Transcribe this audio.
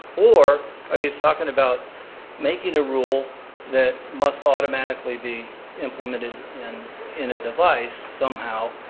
or are you talking about making a rule that must automatically be implemented in in a device somehow,